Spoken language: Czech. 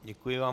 Děkuji vám.